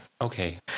Okay